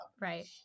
Right